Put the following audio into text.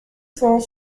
cent